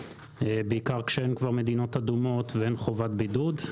בעיקר כשאין כבר מדינות אדומות ואין חובת בידוד,